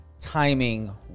timing